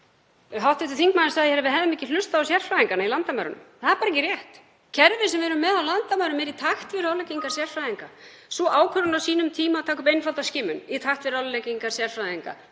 Hv. þingmaður sagði að við hefðum ekki hlustað á sérfræðingana í landamærunum. Það er bara ekki rétt. Kerfið sem við erum með á landamærum er í takt við ráðleggingar sérfræðinga. Sú ákvörðun á sínum tíma að taka upp einfalda skimun — í takt við ráðleggingar sérfræðinga.